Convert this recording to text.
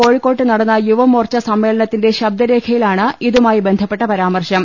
കോഴിക്കോട്ട് നടന്ന യുവമോർച്ച സമ്മേ ളനത്തിന്റെ ശബ്ദരേഖയിലാണ് ഇതുമായി ബന്ധപ്പെട്ട പരാമർശം